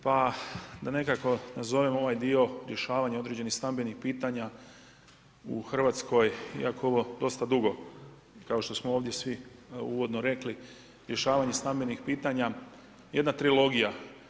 Pa da nekako nazovem ovaj dio rješavanje određenih stambenih pitanja u Hrvatskoj, iako ovo dosta dugo kao što smo ovdje svi uvodno rekli, rješavanje stambenih pitanja je jedna trilogija.